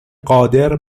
قادر